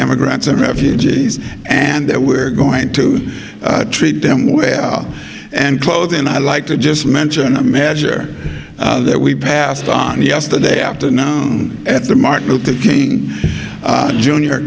immigrants and refugees and that we're going to treat them well and clothes and i like to just mention a measure that we passed on yesterday afternoon at the martin luther king j